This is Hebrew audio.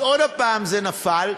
אז עוד פעם זה נפל.